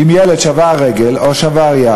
אם ילד שבר רגל או שבר יד,